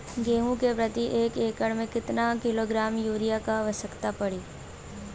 गेहूँ के प्रति एक एकड़ में कितना किलोग्राम युरिया क आवश्यकता पड़ी?